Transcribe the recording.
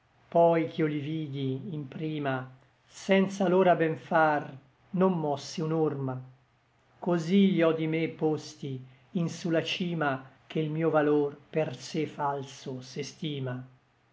poi ch'io li vidi in prima senza lor a ben far non mossi un'orma cosí gli ò di me posti in su la cima che l mio valor per sé falso s'estima